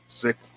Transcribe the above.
six